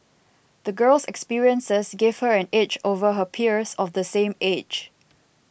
the girl's experiences gave her an edge over her peers of the same age